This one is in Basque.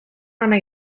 ana